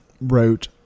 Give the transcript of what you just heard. wrote